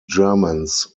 germans